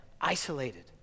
isolated